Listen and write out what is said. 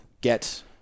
get